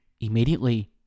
immediately